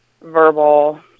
verbal